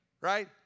Right